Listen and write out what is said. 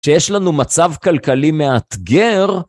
כשיש לנו מצב כלכלי מאתגר.